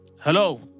Hello